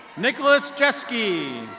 nicholas jesky.